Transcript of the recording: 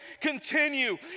continue